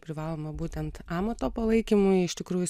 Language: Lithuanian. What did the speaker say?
privaloma būtent amato palaikymui iš tikrųjų